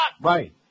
Right